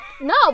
No